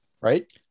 right